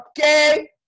Okay